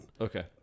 Okay